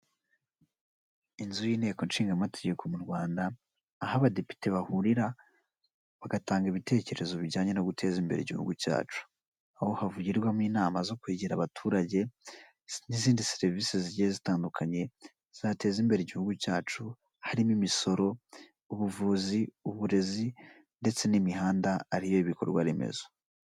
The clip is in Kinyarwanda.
Inzu y'inteko nshingamategeko mu Rwanda aho abadepite bahurira bagatanga ibitekerezo bijyanye no guteza imbere igihugu cyacu, aho havugirwamo inama zo kwegera abaturage n'izindi serivisi zigiye zitandukanye zateza imbere igihugu cyacu, harimo imisoro ubuvuzi uburezi ndetse n'imihanda ariyo bikorwa remezo.